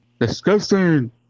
Disgusting